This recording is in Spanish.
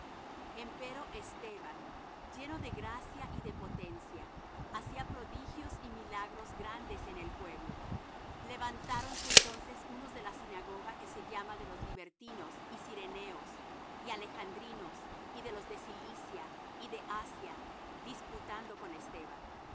fe empero esteban lleno de gracia y de potencia hacía prodigios y milagros grandes en el pueblo levantáronse entonces unos de la sinagoga que se llama de los libertinos y cireneos y alejandrinos y de los de cilicia y de asia disputando con esteban